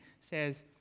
says